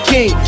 King